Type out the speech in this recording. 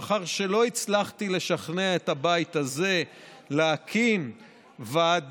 לאחר שלא הצלחתי לשכנע את הבית הזה להקים ועדה